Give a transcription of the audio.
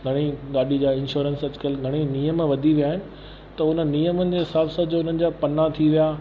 घणेई गाॾी जा इंश्योरंस अॼु कल्ह घणेई नियम वधी विया आहिनि त उन नियमनि ये हिसाब सां उन जा पन्ना थी विया